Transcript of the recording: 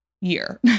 year